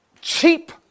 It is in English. cheap